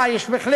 אה, יש בהחלט